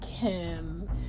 kim